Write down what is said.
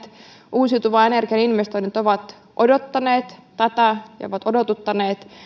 uusiutuvan energian investoinnit ovat odottaneet tätä ne ovat odottaneet